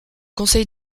conseil